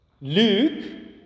Luke